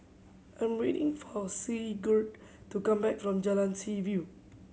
I'm waiting for Sigurd to come back from Jalan Seaview